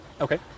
Okay